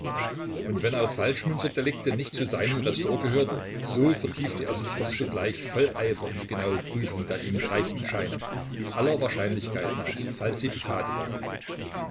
und wenn auch falschmünzer delikte nicht zu seinem ressort gehörten so vertiefte er sich doch sogleich voll eifer in die genaue prüfung der ihm gereichten scheine die aller wahrscheinlichkeit nach falsifikate waren